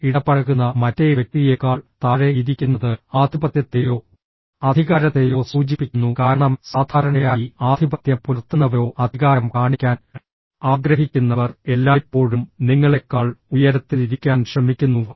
നിങ്ങൾ ഇടപഴകുന്ന മറ്റേ വ്യക്തിയേക്കാൾ താഴെ ഇരിക്കുന്നത് ആധിപത്യത്തെയോ അധികാരത്തെയോ സൂചിപ്പിക്കുന്നു കാരണം സാധാരണയായി ആധിപത്യം പുലർത്തുന്നവരോ അധികാരം കാണിക്കാൻ ആഗ്രഹിക്കുന്നവർ എല്ലായ്പ്പോഴും നിങ്ങളെക്കാൾ ഉയരത്തിൽ ഇരിക്കാൻ ശ്രമിക്കുന്നു